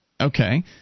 Okay